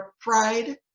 pride